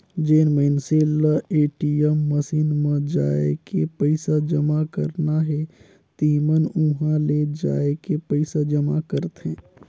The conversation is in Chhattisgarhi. जेन मइनसे ल ए.टी.एम मसीन म जायके पइसा जमा करना हे तेमन उंहा ले जायके पइसा जमा करथे